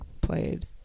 played